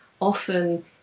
often